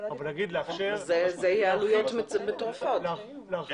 זה מהפכני.